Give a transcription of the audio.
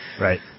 Right